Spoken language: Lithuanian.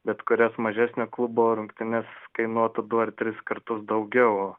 bet kurias mažesnio klubo rungtynes kainuotų du ar tris kartus daugiau